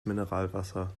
mineralwasser